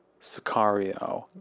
Sicario